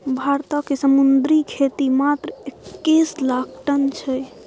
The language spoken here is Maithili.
भारतक समुद्री खेती मात्र एक्कैस लाख टन छै